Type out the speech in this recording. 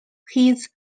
his